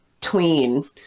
tween